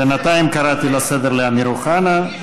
בינתיים קראתי לסדר את אמיר אוחנה.